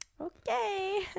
Okay